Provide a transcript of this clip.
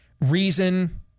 reason